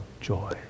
joy